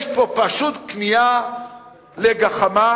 יש פה פשוט כניעה לגחמה,